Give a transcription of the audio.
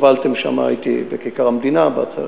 הייתי בכיכר המדינה בעצרת